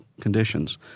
conditions